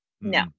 No